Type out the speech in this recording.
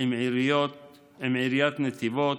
עם עיריית נתיבות,